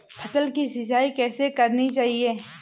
फसल की सिंचाई कैसे करनी चाहिए?